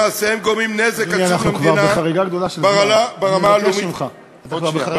שמעשיהם גורמים נזק עצום למדינה ברמה הלאומית והבין-לאומית.